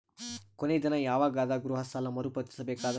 ಕೊನಿ ದಿನ ಯವಾಗ ಅದ ಗೃಹ ಸಾಲ ಮರು ಪಾವತಿಸಬೇಕಾದರ?